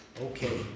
Okay